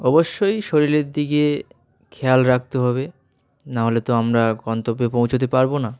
অবশ্যই শরীরের দিকে খেয়াল রাখতে হবে নাহলে তো আমরা গন্তব্যে পৌঁছোতে পারবো না